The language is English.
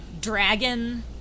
dragon